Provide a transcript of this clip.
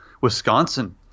Wisconsin